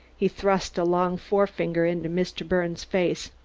he thrust a long forefinger into mr. birnes' face.